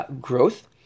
growth